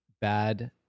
bad